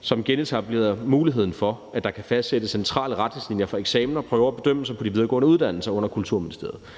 som genetablerer muligheden for, at der kan fastsættes centrale retningslinjer for eksamener, prøver og bedømmelser på de videregående uddannelser under Kulturministeriet.